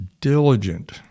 diligent